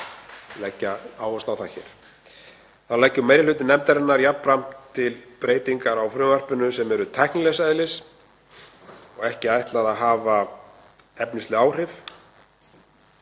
Þá leggur meiri hluti nefndarinnar jafnframt til breytingar á frumvarpinu sem eru tæknilegs eðlis og ekki ætlað að hafa efnisleg áhrif.